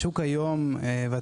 השוק היום הוא מאוד ריכוזי.